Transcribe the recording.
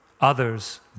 others